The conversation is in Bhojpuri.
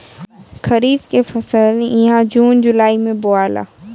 खरीफ के फसल इहा जून जुलाई में बोआला